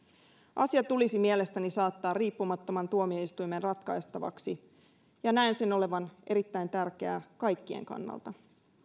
asia tulisi mielestäni saattaa riippumattoman tuomioistuimen ratkaistavaksi ja näen sen olevan erittäin tärkeää kaikkien kannalta